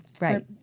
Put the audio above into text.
Right